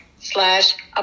slash